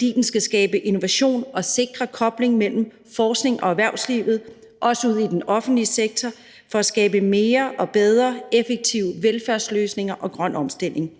den skal skabe innovation og skal sikre koblingen mellem forskningen og erhvervslivet og den offentlige sektor for at skabe flere og bedre effektive velfærdsløsninger og mere grøn omstilling.